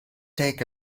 take